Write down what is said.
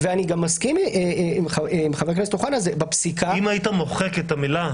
וזה בעצם אנחנו סברנו, ועד כמה שאני מבין זה